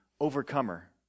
Overcomer